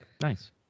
nice